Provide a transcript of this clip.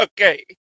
Okay